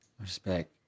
Respect